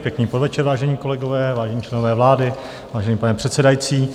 Pěkný podvečer, vážení kolegové, vážení členové vlády, vážený pane předsedající.